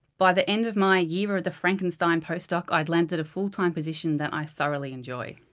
by the end of my year of the frankenstein postdoc, i'd landed a full-time position that i thoroughly enjoy.